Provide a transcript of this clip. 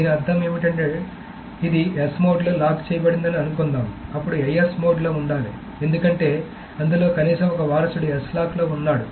దీని అర్ధం ఏమిటంటే ఇది S మోడ్లో లాక్ చేయబడిందని అనుకుందాం అప్పుడు IS మోడ్లో ఉండాలి ఎందుకంటే అందులో కనీసం ఒక వారసుడు S లాక్లో ఉన్నాడు